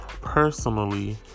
personally